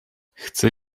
chcę